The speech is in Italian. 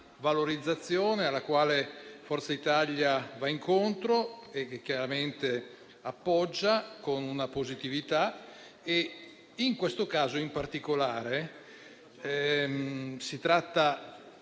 valorizzazione alla quale Forza Italia va incontro e che chiaramente appoggia con positività. In questo caso, in particolare, si tratta